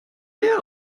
leer